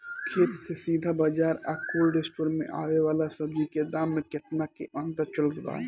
खेत से सीधा बाज़ार आ कोल्ड स्टोर से आवे वाला सब्जी के दाम में केतना के अंतर चलत बा?